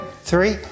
Three